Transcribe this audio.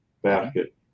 Basket